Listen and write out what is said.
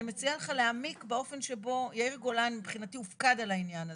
אני מציעה לך להעמיק באופן שבו יאיר גולן מבחינתי הופקד על העניין הזה.